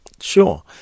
Sure